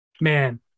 man